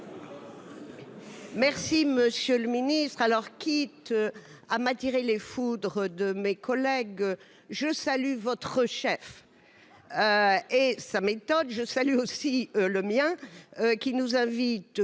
Monsieur le ministre, quitte à m'attirer les foudres de mes collègues, je salue votre chef, ainsi que sa méthode ! Je salue aussi le mien, qui nous invite